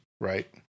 Right